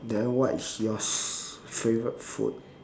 then what is yours favourite food